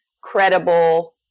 credible